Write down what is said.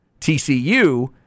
TCU